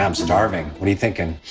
um starving. what are you thinking?